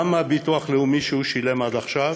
גם הביטוח הלאומי שהוא שילם עד עכשיו